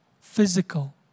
physical